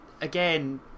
again